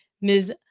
Ms